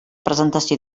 presentació